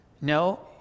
No